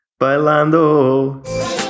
Bailando